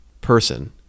person